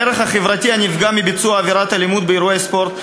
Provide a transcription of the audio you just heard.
הערך החברתי הנפגע מביצוע עבירת אלימות באירוע ספורט,